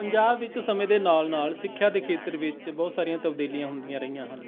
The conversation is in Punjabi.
ਪੰਜਾਬ ਵਿੱਚ ਸਮੇਂ ਦੇ ਨਾਲ਼ ਨਾਲ਼ ਸਿੱਖਿਆ ਦੇ ਖੇਤਰ ਵਿੱਚ ਬਹੁਤ ਸਾਰੀਆਂ ਤਬਦੀਲੀਆਂ ਹੁੰਦੀਆਂ ਰਹੀਆਂ ਹਨ